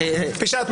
פישטנו.